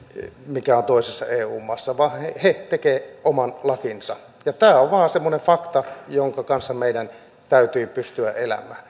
mikä on toisessa eu maassa vaan he tekevät oman lakinsa tämä on vain semmoinen fakta jonka kanssa meidän täytyy pystyä elämään